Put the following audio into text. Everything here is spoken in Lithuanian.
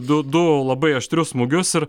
du du labai aštrius smūgius ir